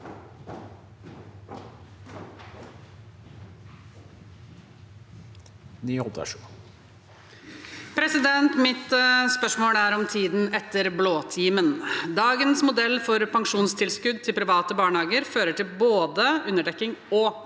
Mitt spørsmål er om tiden etter blåtimen. Dagens modell for pensjonstilskudd til private barnehager fører til både underdekking og